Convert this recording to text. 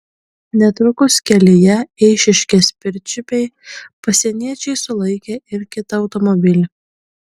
netrukus kelyje eišiškės pirčiupiai pasieniečiai sulaikė ir kitą automobilį